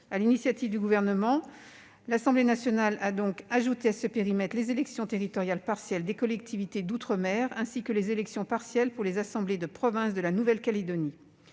l'initiative du Gouvernement, l'Assemblée nationale a ajouté à ce périmètre les élections territoriales partielles des collectivités d'outre-mer, ainsi que les élections partielles pour les assemblées de province de la Nouvelle-Calédonie.